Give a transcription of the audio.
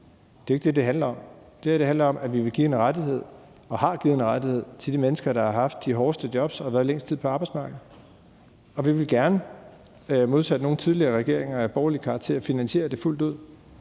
Det er ikke det, det handler om. Det her handler om, at vi vil give en rettighed og har givet en rettighed til de mennesker, der har haft de hårdeste jobs og har været længst tid på arbejdsmarkedet, og vi vil modsat nogle tidligere regeringer af borgerlig karakter gerne finansiere det fuldt ud.